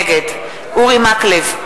נגד אורי מקלב,